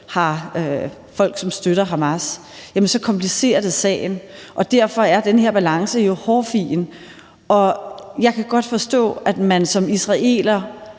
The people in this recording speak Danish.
har folk, som støtter Hamas, komplicerer det sagen. Derfor er denne her balance jo hårfin. Jeg kan godt forstå, at man som israeler